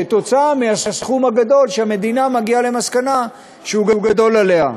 כתוצאה מהסכום הגדול שהמדינה הגיעה למסקנה שהוא גדול עליה,